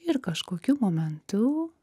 ir kažkokiu momentu